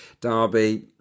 Derby